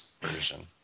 version